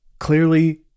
clearly